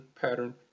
pattern